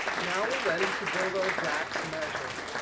now we're ready to build our dax measure.